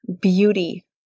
beauty